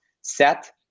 set